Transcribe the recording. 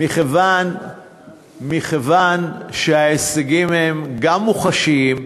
מכיוון שההישגים הם גם מוחשיים,